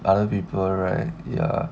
other people right ya